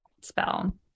spell